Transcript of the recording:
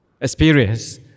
experience